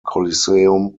coliseum